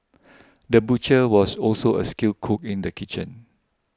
the butcher was also a skilled cook in the kitchen